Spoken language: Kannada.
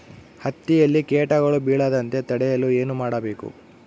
ಹತ್ತಿಯಲ್ಲಿ ಕೇಟಗಳು ಬೇಳದಂತೆ ತಡೆಯಲು ಏನು ಮಾಡಬೇಕು?